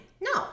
No